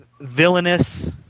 villainous